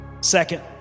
Second